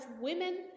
women